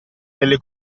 delle